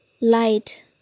light